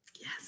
Yes